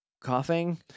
coughing